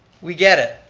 we get it.